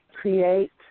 create